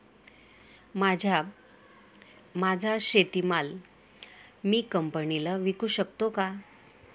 माझा शेतीमाल मी कंपनीला विकू शकतो का?